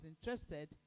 interested